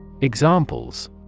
Examples